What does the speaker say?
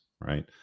right